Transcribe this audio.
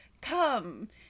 Come